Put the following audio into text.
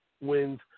wins